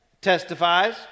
Testifies